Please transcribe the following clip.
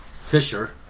Fisher